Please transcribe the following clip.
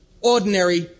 ordinary